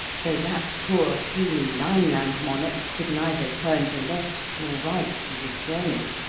though that poor puny lineland monarch could neither turn to left nor right to discern it,